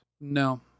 No